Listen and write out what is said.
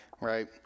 Right